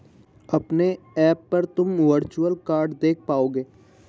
अपने ऐप पर तुम वर्चुअल कार्ड देख पाओगे